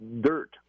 dirt